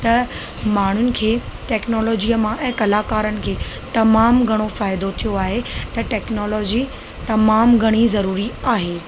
त माण्हुनि खे टेक्नोलॉजीअ मां ऐं कलाकारनि खे तमामु घणो फ़ाइदो थियो आहे त टेक्नोलॉजी तमामु घणी ज़रूरी आहे